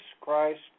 Christ